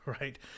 right